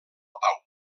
pau